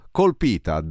colpita